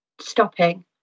stopping